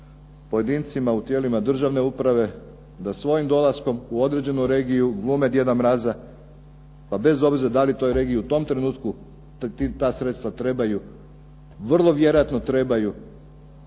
pojedincima u tijelima državne uprave da svojim dolaskom u određenu regiju glume djeda mraza pa bez obzira da li toj regiji u tom trenutku ta sredstva trebaju, vrlo vjerojatno trebaju,